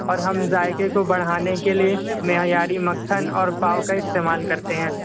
اور ہم ذائقے کو بڑھانے کے لیے معیاری مکھن اور پاؤ کا استعمال کرتے ہیں